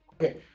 Okay